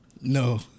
No